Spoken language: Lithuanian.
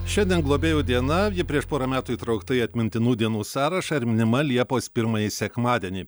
šiandien globėjų diena prieš porą metų įtraukta į atmintinų dienų sąrašą ir minima liepos pirmąjį sekmadienį